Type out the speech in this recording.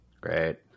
Great